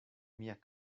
mia